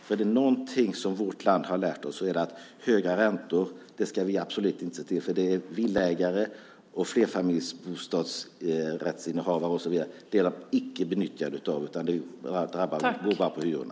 Om det är någonting som vi i vårt land har lärt oss är det att höga räntor ska vi absolut inte ha. Villaägare, boende i flerfamiljshus, bostadsrättsinnehavare och så vidare är icke betjänta av det, utan det drabbar bara hyrorna.